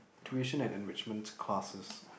tuition and enrichment classes